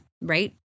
right